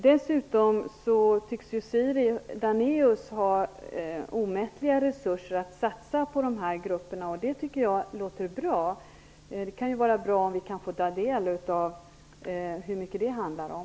Dessutom tycks Siri Danneaus ha omättliga resurser att satsa på dessa grupper, och det tycker jag låter bra. Det skulle vara bra om vi fick ta del av hur mycket det handlar om.